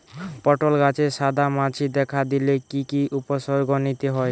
পটল গাছে সাদা মাছি দেখা দিলে কি কি উপসর্গ নিতে হয়?